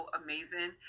amazing